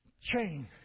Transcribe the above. chain